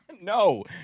No